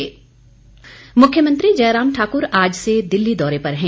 मुख्यमंत्री मुख्यमंत्री जयराम ठाकुर आज से दिल्ली दौरे पर हैं